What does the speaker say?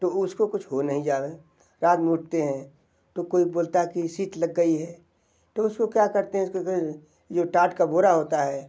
तो उसको कुछ हो नही जावे रात में उठते हैं तो कोई बोलता है कि शीत लग गई है तो उसको क्या करते हैं उसको जो टाट का बोरा होता है